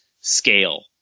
scale